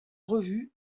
revue